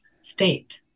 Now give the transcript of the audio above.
state